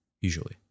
Usually